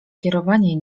kierowanie